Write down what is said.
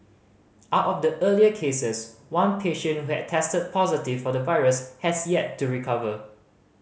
out of the earlier cases one patient who had tested positive for the virus has yet to recover